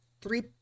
three